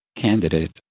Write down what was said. candidate